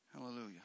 Hallelujah